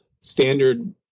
standard